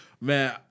Man